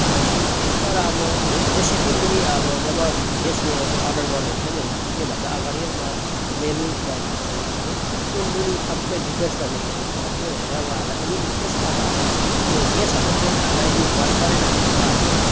पकाउँछौँ तर अब रे रेसिपीमुनि अब जब गेस्टले अर्डर गर्नुहुन्छ नि त्योभन्दा अगाडि मे मेनु पढ्नुहुन्छ उहाँहरूले त्योमुनि सबै डिटेल्समा लेखेको हुन्छ त्यो हेरेर उहाँहरूलाई यदि इन केस तपाईँहरूलाई यो गेस्टहरूलाई खाना यदि मन परेन भने उहाँहरूले